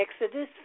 Exodus